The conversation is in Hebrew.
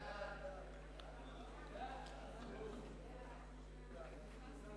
סעיפים 1 30